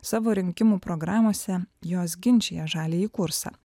savo rinkimų programose jos ginčija žaliąjį kursą